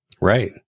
Right